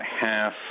half